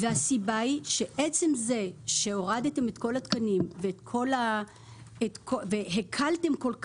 הסיבה היא שאולי הורדתם את כל התקנים והקלתם כל כך,